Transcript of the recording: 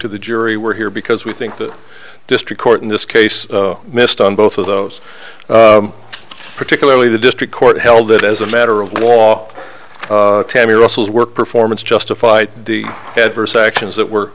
to the jury we're here because we think the district court in this case missed on both of those particularly the district court held that as a matter of law tammy russell's work performance justified the head first actions that were